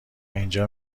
اینجا